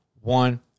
one